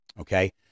Okay